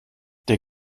der